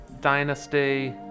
Dynasty